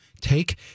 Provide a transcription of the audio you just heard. take